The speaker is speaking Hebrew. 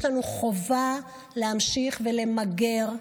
יש לנו חובה להמשיך ולמגר.